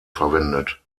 verwendet